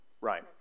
Right